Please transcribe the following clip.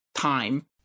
time